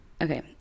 Okay